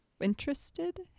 interested